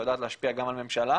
שיודעת להשפיע גם על ממשלה.